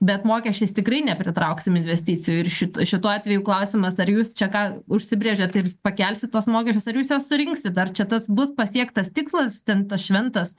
bet mokesčiais tikrai nepritrauksim investicijų ir šit šituo atveju klausimas ar jūs čia ką užsibrėžėt tai ar jūs pakelsit tuos mokesčius ar jūs juos surinksit ar čia tas bus pasiektas tikslas ten tas šventas